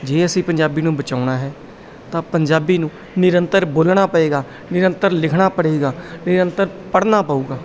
ਜੇ ਅਸੀਂ ਪੰਜਾਬੀ ਨੂੰ ਬਚਾਉਣਾ ਹੈ ਤਾਂ ਪੰਜਾਬੀ ਨੂੰ ਨਿਰੰਤਰ ਬੋਲਣਾ ਪਏਗਾ ਨਿਰੰਤਰ ਲਿਖਣਾ ਪੜੇਗਾ ਨਿਰੰਤਰ ਪੜਨਾ ਪਊਗਾ